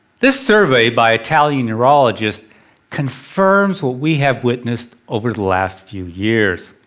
this survey by italian neurologists confirms what we have witnessed over the last few years.